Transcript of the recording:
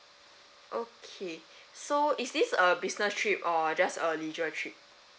okay so is this a business trip or just a leisure trip